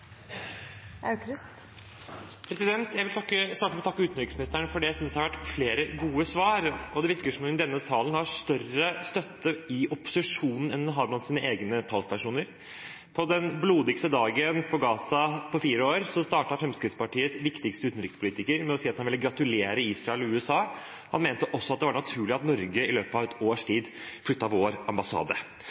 Jeg vil starte med å takke utenriksministeren for det jeg synes har vært flere gode svar, og det virker som om hun i denne sal har større støtte i opposisjonen enn hun har blant sine egne talspersoner. På den blodigste dagen på Gaza på fire år startet Fremskrittspartiets viktigste utenrikspolitiker med å si at han ville gratulere Israel og USA. Han mente også at det var naturlig at Norge i løpet av et års tid flyttet vår ambassade.